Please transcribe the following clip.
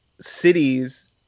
cities